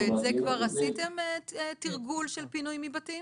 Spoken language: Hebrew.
ואת זה כבר עשיתם, תרגול של פינוי מבתים?